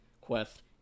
quest